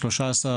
13%,